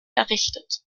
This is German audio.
errichtet